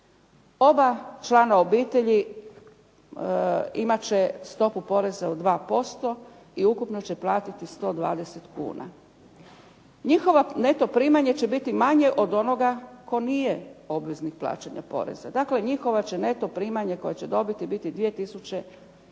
Oba člana obitelji imat će stopu poreza od 2% i ukupno će platiti 120 kuna. Njihovo neto primanje će biti manje od onoga tko nije obveznik plaćanja poreza, dakle njihovo će neto primanje koje će dobiti biti 2940